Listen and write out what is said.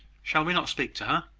shall we not speak to her?